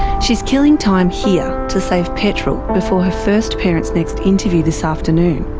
she's killing time here to save petrol before her first parentsnext interview this afternoon.